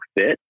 fit